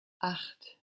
acht